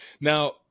Now